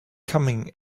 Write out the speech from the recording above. coming